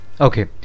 okay